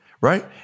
right